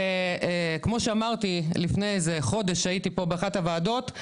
כמו שאמרתי, לפני חודש הייתי פה באחת הוועדות.